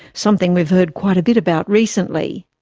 something we've heard quite a bit about recently.